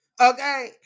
Okay